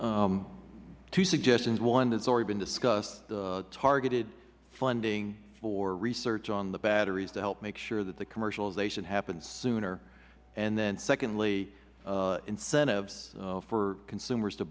hoover two suggestions one that has already been discussed targeted funding for research on the batteries to help make sure that the commercialization happens sooner and then secondly incentives for consumers to